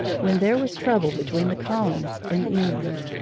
when there was trouble between the colonists and england.